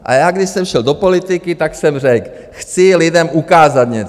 A já, když jsem šel do politiky, tak jsem řekl, chci lidem ukázat něco.